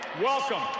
Welcome